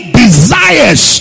desires